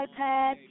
iPad